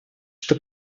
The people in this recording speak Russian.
что